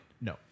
No